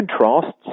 contrasts